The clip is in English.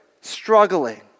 struggling